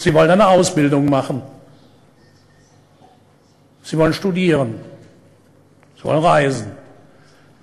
כדי להגיע למוסדות חדשים ולסדר טוב יותר.